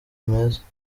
meza